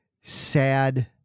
sad